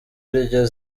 iryo